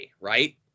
right